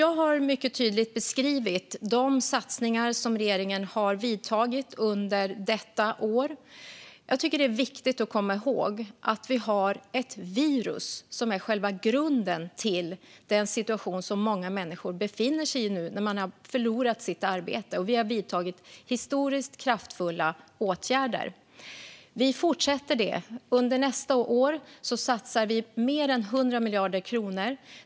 Jag har mycket tydligt beskrivit de satsningar som regeringen har gjort detta år. Det är viktigt att komma ihåg det virus som är grunden till den situation som många människor befinner sig i nu då de har förlorat sitt arbete. Vi har vidtagit historiskt kraftfulla åtgärder. Vi fortsätter med det. Under nästa år satsar vi mer än 100 miljarder kronor.